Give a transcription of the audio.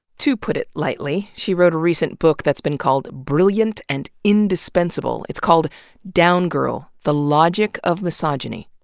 to put it lightly. she wrote a recent book that's been called brilliant and indispensable. it's called down girl the logic of misogyny.